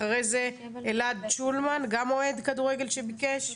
אחרי זה אלעד שולמן, גם אוהד כדורגל שביקש.